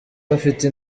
bafite